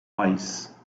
wise